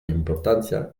importància